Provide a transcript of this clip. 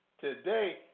today